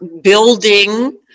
building